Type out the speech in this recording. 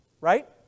Right